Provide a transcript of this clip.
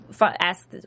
ask